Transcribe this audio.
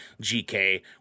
GK